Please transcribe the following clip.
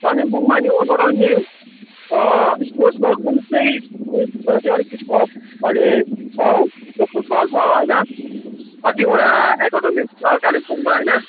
कालेबुङमा नि ओभरअल नि स्पोर्ट्रसमा कुन चाहिँ उइसमा चाहिँ अलिक स्कोप अहिले छ हौ फुटबल भयो होइन कतिवटा एकाडमीहरू छ कालेबुङमा होइन